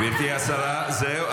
גברי השרה, זהו.